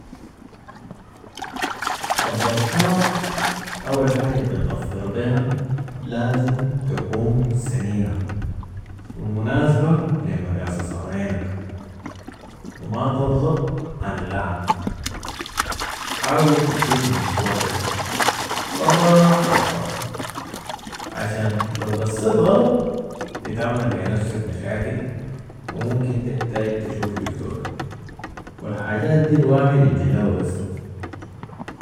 الضفارة او الحاجة البتضفر بيها لازم تكون سنينه ومناسبه لمقاس اصابعينك وما تضغط علي اللحم، حاول تشيل من فوق لي فوق ، براحة براحة ، عشان لو قصيت غلط بتعمل لي نفسك مشاكل و ممكن تحتاج تشوف دكتور و الحاجات دي الواحد يجنبها بس